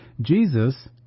Jesus